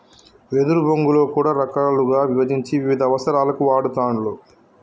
వెదురు బొంగులో కూడా రకాలుగా విభజించి వివిధ అవసరాలకు వాడుతూండ్లు